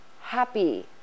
happy